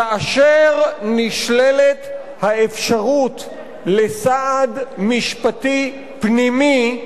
כאשר נשללת האפשרות לסעד משפטי פנימי,